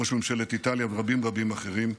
ראש ממשלת איטליה ורבים רבים אחרים.